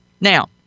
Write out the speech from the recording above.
Now